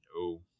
No